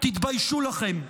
תתביישו לכם.